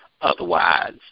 otherwise